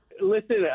Listen